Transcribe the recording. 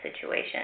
situation